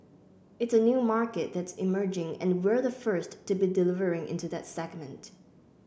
it's a new market that's emerging and we're the first to be delivering into that segment